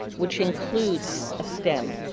which includes a stem,